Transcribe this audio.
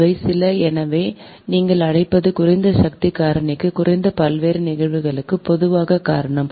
இவை சில எனவே நீங்கள் அழைப்பது குறைந்த சக்தி காரணிக்கு குறைந்த பல்வேறு நிகழ்வுகளுக்கு பொதுவான காரணம்